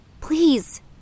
Please